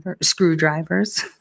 screwdrivers